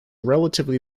relatively